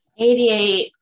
88